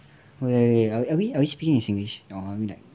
wait wait are we are we speaking in singlish no I mean like